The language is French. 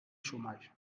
chômage